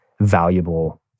valuable